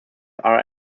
are